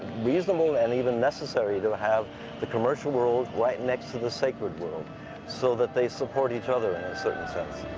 reasonable, and even necessary, to have the commercial world right next to the sacred world so that they support each other, in a certain sense.